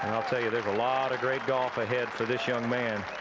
i'll tell you, there's a lot of great golf ahead for this young man.